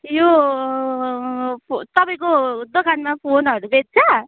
यो तपाईँको दोकानमा फोनहरू बेच्छ